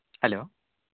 hello